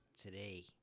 Today